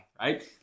right